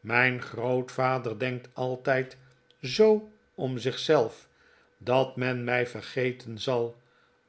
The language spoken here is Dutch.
mijn grootvader denkt altijd zoo om zich zelf dat men mij vergeten zal